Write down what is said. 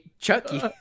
Chucky